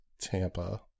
Tampa